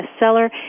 bestseller